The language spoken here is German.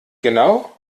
genau